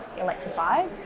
electrify